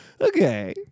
okay